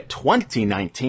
2019